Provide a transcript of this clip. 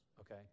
Okay